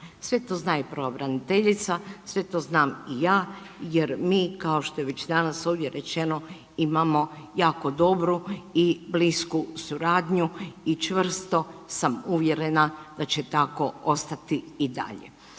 Sve to zna i pravobraniteljica, sve to znam i ja jer mi, kao što je već danas ovdje rečeno, imamo jako dobru i blisku suradnju i čvrsto sam uvjerena da će tako ostati i dalje.